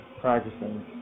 practicing